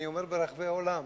אני אומר ברחבי העולם,